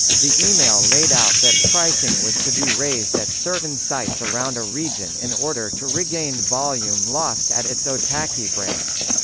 the email laid out that pricing was to be raised at certain sites around a region in order to regain volume lost at its otaki branch.